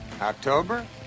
October